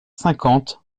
cinquante